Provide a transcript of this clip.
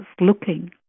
looking